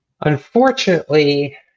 Unfortunately